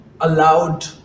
allowed